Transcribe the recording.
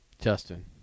Justin